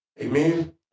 Amen